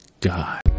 God